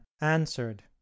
answered